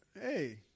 Hey